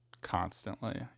constantly